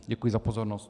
Děkuji za pozornost.